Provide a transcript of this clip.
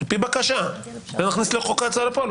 על פי בקשה ונכניס את זה אולי לחוק ההוצאה לפועל